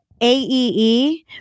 AEE